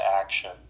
action